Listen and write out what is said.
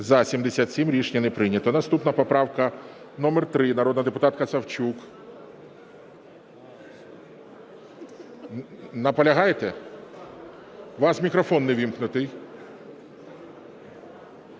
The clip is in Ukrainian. За-77 Рішення не прийнято. Наступна поправка номер 3, народна депутатка Савчук. Наполягаєте? У вас мікрофон неввімкнутий.